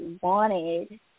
wanted